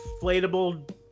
inflatable